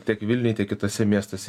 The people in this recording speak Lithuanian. tiek vilniuj tiek kituose miestuose